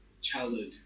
Childhood